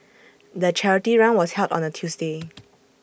the charity run was held on A Tuesday